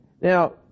now